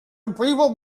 people